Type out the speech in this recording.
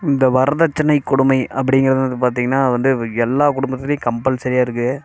இந்த வரதட்சணை கொடுமை அப்படிங்குறது வந்து பார்த்தீங்கனா வந்து எல்லாம் குடும்பத்துலேயும் கம்பல்சரியாக இருக்குது